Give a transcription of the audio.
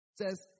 says